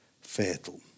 fatal